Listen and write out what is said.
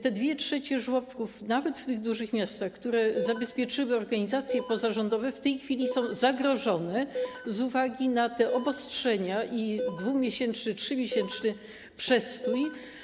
Te 2/3 żłobków nawet w tych dużych miastach, które zabezpieczyły organizacje pozarządowe, w tej chwili są zagrożone z uwagi na te obostrzenia i 2-miesięczny, 3-miesięczny przestój.